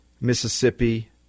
Mississippi